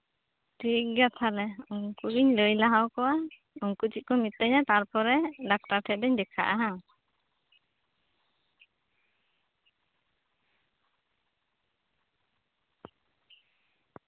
ᱴᱷᱤᱠ ᱜᱮᱭᱟ ᱛᱟᱞᱦᱮ ᱩᱱᱠᱩ ᱜᱤᱧ ᱞᱟᱹᱭ ᱞᱟᱦᱟᱟᱣᱟᱠᱚᱣᱟ ᱩᱱᱠᱩ ᱪᱮᱫ ᱠᱚ ᱢᱤᱛᱟᱹᱧᱟ ᱛᱟᱨᱯᱚᱨᱮ ᱰᱟᱠᱛᱟᱨ ᱴᱷᱮᱡ ᱫᱩᱧ ᱫᱮᱠᱷᱟᱜᱼᱟ ᱦᱮᱸ